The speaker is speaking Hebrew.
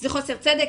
זה חוסר צדק,